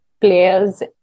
players